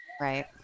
right